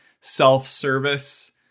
self-service